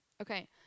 Okay